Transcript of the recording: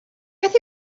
beth